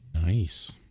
Nice